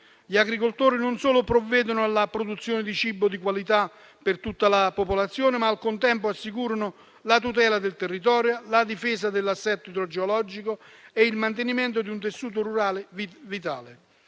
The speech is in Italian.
Gli agricoltori non solo provvedono alla produzione di cibo di qualità per tutta la popolazione, ma, al contempo, assicurano anche la tutela del territorio, la difesa dell'assetto idrogeologico e il mantenimento di un tessuto rurale vitale.